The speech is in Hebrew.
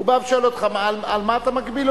הוא בא ושואל אותך: על מה אתה מגביל אותי?